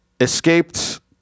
escaped